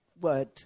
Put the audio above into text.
word